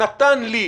נתן לי.